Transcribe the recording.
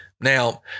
now